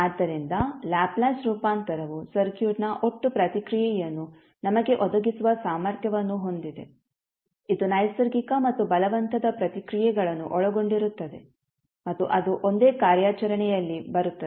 ಆದ್ದರಿಂದ ಲ್ಯಾಪ್ಲೇಸ್ ರೂಪಾಂತರವು ಸರ್ಕ್ಯೂಟ್ನ ಒಟ್ಟು ಪ್ರತಿಕ್ರಿಯೆಯನ್ನು ನಮಗೆ ಒದಗಿಸುವ ಸಾಮರ್ಥ್ಯವನ್ನು ಹೊಂದಿದೆ ಇದು ನೈಸರ್ಗಿಕ ಮತ್ತು ಬಲವಂತದ ಪ್ರತಿಕ್ರಿಯೆಗಳನ್ನು ಒಳಗೊಂಡಿರುತ್ತದೆ ಮತ್ತು ಅದು ಒಂದೇ ಕಾರ್ಯಾಚರಣೆಯಲ್ಲಿ ಬರುತ್ತದೆ